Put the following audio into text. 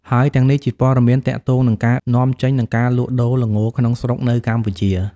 ហើយទាំងនេះជាព័ត៌មានទាក់ទងនឹងការនាំចេញ និងការលក់ដូរល្ងក្នុងស្រុកនៅកម្ពុជា។